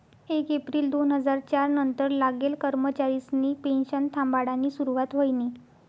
येक येप्रिल दोन हजार च्यार नंतर लागेल कर्मचारिसनी पेनशन थांबाडानी सुरुवात व्हयनी